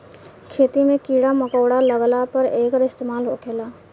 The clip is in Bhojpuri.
खेती मे कीड़ा मकौड़ा लगला पर एकर इस्तेमाल होखेला